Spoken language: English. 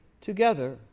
together